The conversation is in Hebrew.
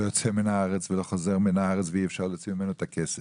יוצא מהארץ ולא חוזר מהארץ ואי אפשר להוציא ממנו את הכסף.